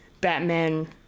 batman